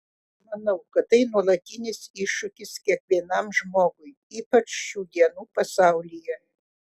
manau kad tai nuolatinis iššūkis kiekvienam žmogui ypač šių dienų pasaulyje